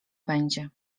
będzie